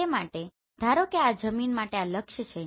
તે માટે ધારો કે આ જમીન માટે આ લક્ષ્ય છે